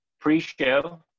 Pre-show